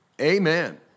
Amen